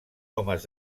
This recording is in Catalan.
homes